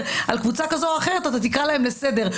על קבוצה כזו או אחרת תקרא להם לסדר.